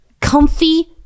Comfy